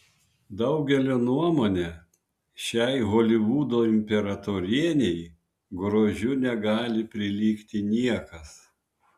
daugelio nuomone šiai holivudo imperatorienei grožiu negali prilygti niekas